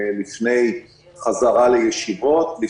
לפני חזרה לישיבות.